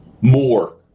more